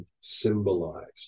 symbolized